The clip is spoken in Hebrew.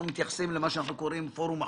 אנחנו מתייחסים למה שאנחנו קוראים "פורום החוב"?